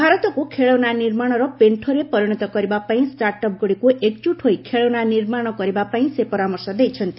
ଭାରତକୁ ଖେଳନା ନିର୍ମାଣର ପେଶ୍ଚରେ ପରିଣତ କରିବା ପାଇଁ ଷ୍ଟାଟ୍ଅପ୍ ଗୁଡ଼ିକ ଏକକୁଟ ହୋଇ ଖେଳନା ନିର୍ମାଣ କରିବା ପାଇଁ ସେ ପରାମର୍ଶ ଦେଇଛନ୍ତି